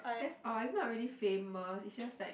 that's all it's not really famous it's just like